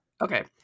Okay